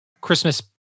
Christmas